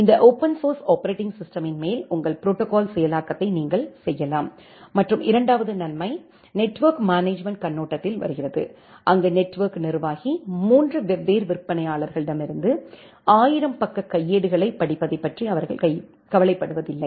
இந்த open source operating சிஸ்டெமின் மேல் உங்கள் ப்ரோடோகால்ஸ் செயலாக்கத்தை நீங்கள் செய்யலாம் மற்றும் இரண்டாவது நன்மை நெட்வொர்க் மேனேஜ்மென்ட் கண்ணோட்டத்தில் வருகிறது அங்கு நெட்வொர்க் நிர்வாகி 3 வெவ்வேறு விற்பனையாளர்களிடமிருந்து 1000 பக்க கையேடுகளைப் படிப்பதைப் பற்றி அவர்கள் கவலைப்படுவதில்லை